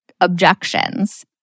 objections